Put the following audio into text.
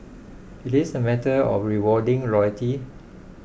it is a matter of rewarding loyalty